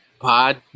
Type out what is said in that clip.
pod